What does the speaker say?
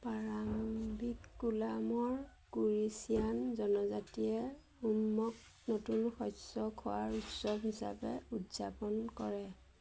পাৰাম্বিক কুলামৰ কুৰিচিয়ান জনজাতিয়ে ওনমক নতুন শস্য খোৱাৰ উৎসৱ হিচাপে উদযাপন কৰে